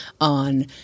on